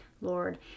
Lord